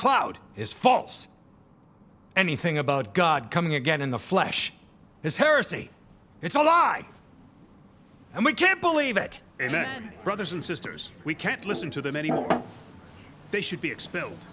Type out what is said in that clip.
cloud is false anything about god coming again in the flesh is heresy it's a lie and we can't believe it and then brothers and sisters we can't listen to them anymore they should be expelled